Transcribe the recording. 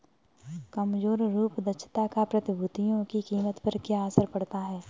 कमजोर रूप दक्षता का प्रतिभूतियों की कीमत पर क्या असर पड़ता है?